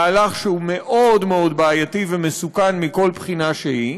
מהלך שהוא מאוד מאוד בעייתי ומסוכן מכל בחינה שהיא,